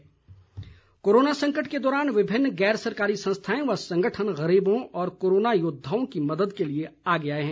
संस्थाएं कोरोना संकट के दौरान विभिन्न गैर सरकारी संस्थाएं व संगठन गरीबों व कोरोना योद्वाओं की मदद के लिए आगे आए है